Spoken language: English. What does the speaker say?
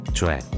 Cioè